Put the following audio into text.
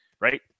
right